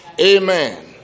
Amen